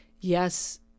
Yes